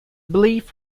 belief